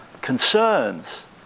concerns